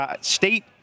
state